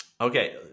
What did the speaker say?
Okay